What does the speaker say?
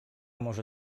może